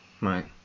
Right